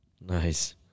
Nice